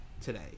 today